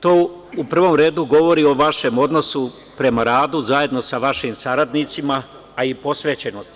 To u prvom redu govori o vašem odnosu prema radu, zajedno sa vašim saradnicima, a i posvećenosti.